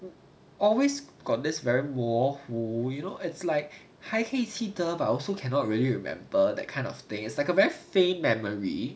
always got this very 模糊 you know it's like 还可以记得 but also cannot really remember that kind of thing it's like a very faint memory